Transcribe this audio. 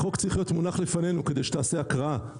החוק צריך להיות מונח לפנינו כדי שתעשה הקראה.